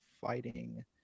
fighting